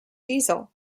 diesel